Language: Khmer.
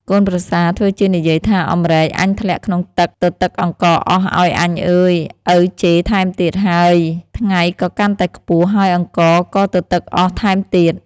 កូនប្រសាធ្វើជានិយាយថា "អំរែកអញធ្លាក់ក្នុងទឹកទទឹកអង្ករអស់ ឱអញអើយ! ឪជេរថែមទៀតហើយ ថ្ងៃក៏កាន់តែខ្ពស់ ហើយអង្ករក៏ទទឹកអស់ថែមទៀត"។